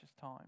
time